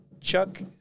chuck